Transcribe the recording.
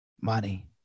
money